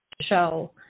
show